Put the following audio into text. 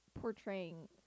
portraying